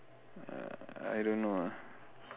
uh I don't know ah